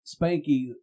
Spanky